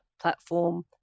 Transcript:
platform